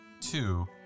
two